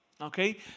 Okay